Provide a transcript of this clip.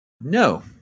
No